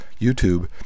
YouTube